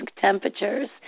temperatures